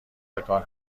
بکار